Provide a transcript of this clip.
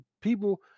people